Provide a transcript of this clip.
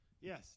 Yes